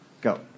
Go